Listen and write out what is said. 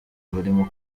barimo